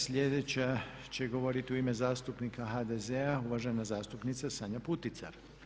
Sljedeća će govoriti u ime zastupnika HDZ-a uvažena zastupnica Sanja Putica.